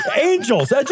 Angels